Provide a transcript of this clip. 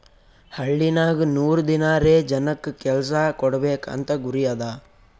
ಹಳ್ಳಿನಾಗ್ ನೂರ್ ದಿನಾರೆ ಜನಕ್ ಕೆಲ್ಸಾ ಕೊಡ್ಬೇಕ್ ಅಂತ ಗುರಿ ಅದಾ